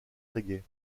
reggae